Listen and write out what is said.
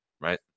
right